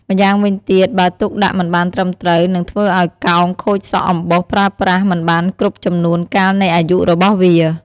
ម្យ៉ាងវិញទៀត បើទុកដាក់មិនបានត្រឹមត្រូវនឹងធ្វើឲ្យកោងខូចសក់អំបោសប្រើប្រាស់មិនបានគ្រប់ចំនួនកាលនៃអាយុរបស់វា។